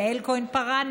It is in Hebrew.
יעל כהן-פארן,